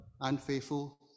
unfaithful